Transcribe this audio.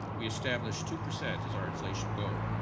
we established two percent as our inflation goal,